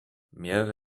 mehrere